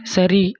சரி